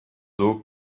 d’eau